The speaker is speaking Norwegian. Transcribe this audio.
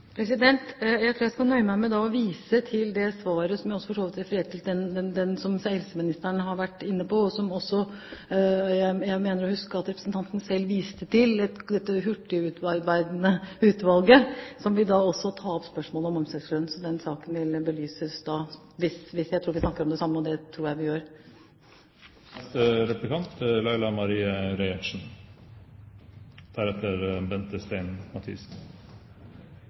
Jeg tror jeg skal nøye meg med å vise til det helseministeren har vært inne på i det svaret som jeg for så vidt også refererte, og som jeg også mener å huske at representanten selv viste til, dette hurtigarbeidende utvalget som også vil ta opp spørsmålet om omsorgslønn. Så den saken vil belyses da, hvis vi snakker om det samme, og det tror jeg vi gjør.